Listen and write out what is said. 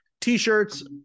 T-shirts